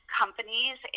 companies